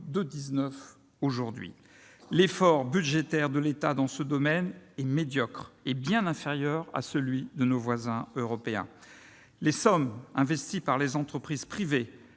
2,19 %. L'effort budgétaire de l'État dans ce domaine est médiocre et bien inférieur à celui de nos voisins européens. Quant aux sommes investies par les entreprises privées